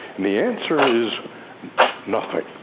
and the answer is nothing.